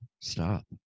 stop